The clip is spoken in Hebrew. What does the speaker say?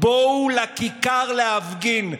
בואו לכיכר להפגין,